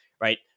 right